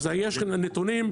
יש נתונים,